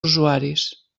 usuaris